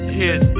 hit